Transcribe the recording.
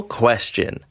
question